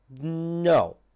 no